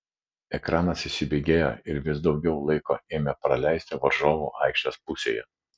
ekranas įsibėgėjo ir vis daugiau laiko ėmė praleisti varžovų aikštės pusėje